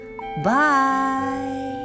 Bye